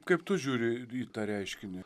kaip tu žiūri į į tą reiškinį